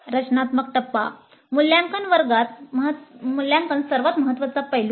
रचनात्मक टप्पा मूल्यांकन सर्वात महत्वाचा पैलू आहे